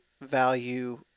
value